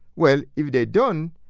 well, if they don't,